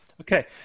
Okay